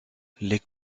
les